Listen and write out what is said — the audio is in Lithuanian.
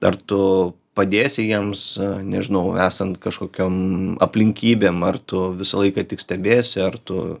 ar tu padėsi jiems nežinau esant kažkokiom aplinkybėm ar tu visą laiką tik stebėsi ar tu